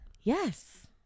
Yes